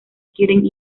quieren